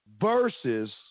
versus